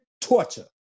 torture